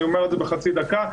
אני אומר את זה בחצי דקה.